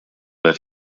let